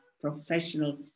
professional